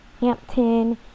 Hampton